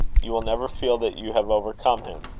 you will never feel that you have overcome him,